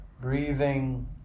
breathing